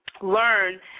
learn